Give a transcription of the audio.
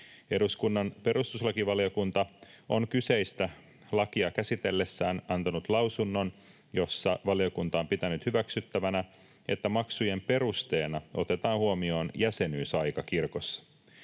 Eduskunnan perustuslakivaliokunta on kyseistä lakia käsitellessään antanut lausunnon, jossa valiokunta on pitänyt hyväksyttävänä, että maksujen perusteena otetaan huomioon jäsenyysaika kirkossa.